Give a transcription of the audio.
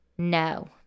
No